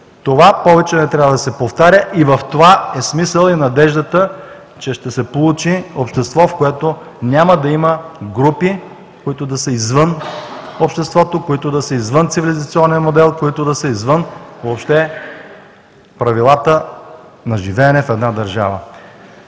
Това повече не трябва да се повтаря. В това е смисълът и надеждата, че ще се получи общество, в което няма да има групи, които да са извън обществото, които да са извън цивилизационния модел, които да са извън правилата на живеене в една държава.